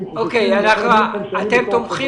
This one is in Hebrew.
האנשים שנמצאים